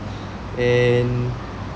and